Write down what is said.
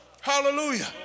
Hallelujah